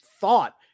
thought